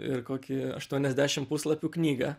ir kokį aštuoniasdešim puslapių knygą